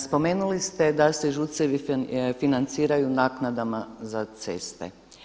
Spomenuli ste da se ŽUC-evi financiraju naknadama za ceste.